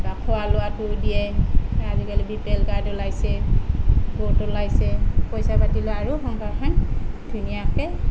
খোৱা লোৱাটো দিয়ে আজিকালি বি পি এল কাৰ্ড ওলাইছে গোট ওলাইছে পইচা পাতি লোৱা আৰু সংসাৰখন ধুনীয়াকে